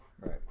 Right